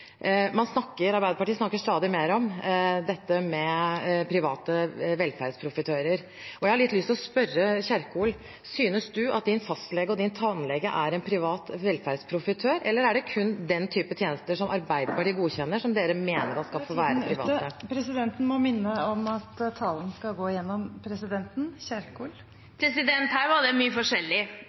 Arbeiderpartiet snakker stadig mer om private velferdsprofitører. Jeg har lyst til å spørre Kjerkol: Synes du din fastlege og din tannlege er en privat velferdsprofitør, eller er det kun den type tjenester som Arbeiderpartiet godkjenner, som dere mener skal få være private? Presidenten må minne om at talen skal rettes til presidenten. Her var det mye forskjellig.